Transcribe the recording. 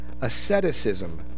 asceticism